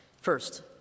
First